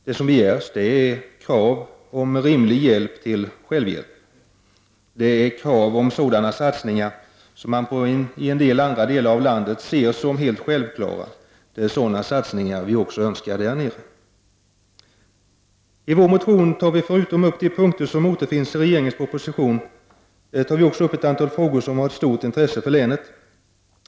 Det som begärs är rimlig hjälp till självhjälp. Det är sådana satsningar som man i andra delar av landet ser som självklara, som man också önskar till Blekinge. I vår motion tar vi, förutom de punkter som återfinns i regeringens proposition, upp ett antal frågor som har stort intresse för länet.